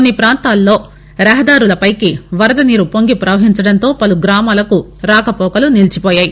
కొన్ని పాంతాల్లో రహదారులపైకి వరద నీరు పొంగి పవహించడంతో పలు గామాలకు రాకపోకలు నిలిచిపోయాయి